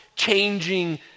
changing